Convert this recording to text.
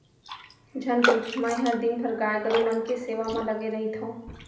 झन पूछ मैंहर दिन भर गाय गरू मन के सेवा म लगे रइथँव